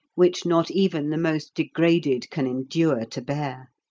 which not even the most degraded can endure to bear.